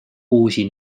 uusi